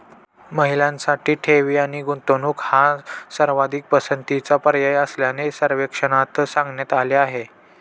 महिलांसाठी ठेवी आणि गुंतवणूक हा सर्वाधिक पसंतीचा पर्याय असल्याचे सर्वेक्षणात सांगण्यात आले आहे